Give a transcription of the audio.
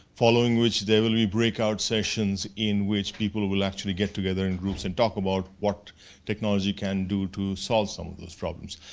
following which, there will be breakout sessions in which people will actually get together in groups and talk about what technology can do to solve some of those problems.